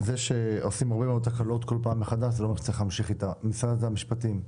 משרד המשפטים,